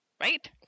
right